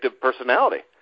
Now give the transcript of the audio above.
personality